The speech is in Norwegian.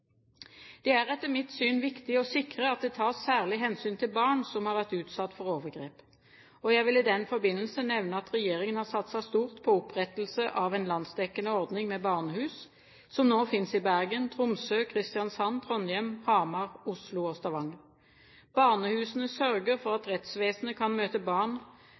Det er etter mitt syn viktig å sikre at det tas særlig hensyn til barn som har vært utsatt for overgrep. Jeg vil i den forbindelse nevne at regjeringen har satset stort på opprettelse av en landsdekkende ordning med barnehus, som nå finnes i Bergen, Tromsø, Kristiansand, Trondheim, Hamar, Oslo og Stavanger. Barnehusene sørger for at rettsvesenet kan møte